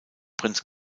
prinz